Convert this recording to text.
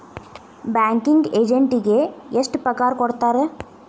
Banking ಎಜೆಂಟಿಗೆ ಎಷ್ಟ್ ಪಗಾರ್ ಕೊಡ್ತಾರ್?